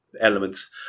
Elements